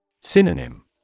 Synonym